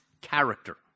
character